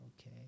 Okay